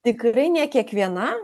tikrai ne kiekviena